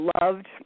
loved